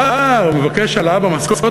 אתה מבקש העלאה במשכורת?